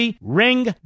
Ring